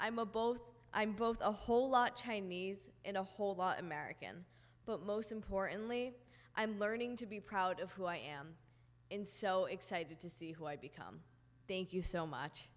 both i'm both a whole lot chinese and a whole lot american but most importantly i'm learning to be proud of who i am in so excited to see who i've become thank you so much